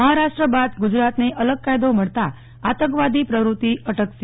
મહારાષ્ટ્ર બાદ ગુજરાતને અલગ કાયદો મળતા આતંકવાદી પ્રવૃત્તિ અટકશે